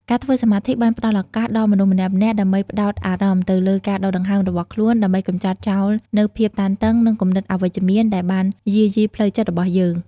ការធ្វើសមាធិបានផ្តល់ឱកាសដល់មនុស្សម្នាក់ៗដើម្បីផ្ដោតអារម្មណ៍ទៅលើការដកដង្ហើមរបស់ខ្លួន ដើម្បីកម្ចាត់ចោលនូវភាពតានតឹង និងគំនិតអវិជ្ជមានដែលបានយាយីផ្លូវចិត្តរបស់យើង។